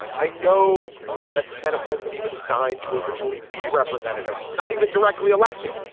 i know that the senate wasn't even designed to originally be representative, not even directly elected.